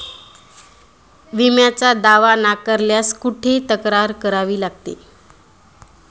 विम्याचा दावा नाकारल्यास कुठे तक्रार करावी लागते?